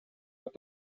être